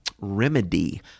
remedy